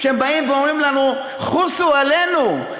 שהם באים ואומרים לנו: חוסו עלינו,